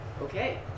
Okay